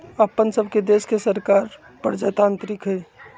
अप्पन सभके देश के सरकार प्रजातान्त्रिक हइ